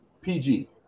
PG